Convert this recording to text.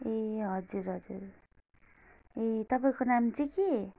ए हजुर हजुर ए तपाईँको नाम चाहिँ के